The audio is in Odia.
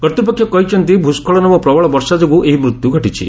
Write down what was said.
କର୍ତ୍ତ୍ୱପକ୍ଷ କହିଛନ୍ତି ଭୂସ୍କଳନ ଓ ପ୍ରବଳ ବର୍ଷା ଯୋଗୁଁ ଏହି ମୃତ୍ୟୁ ଘଟିଛି